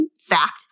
fact